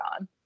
on